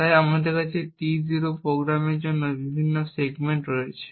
তাই আমাদের কাছে T0 প্রোগ্রামের জন্য বিভিন্ন সেগমেন্ট রয়েছে